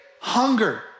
Hunger